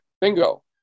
Bingo